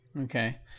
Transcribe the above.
Okay